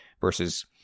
versus